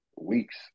weeks